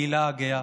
לקהילה הגאה.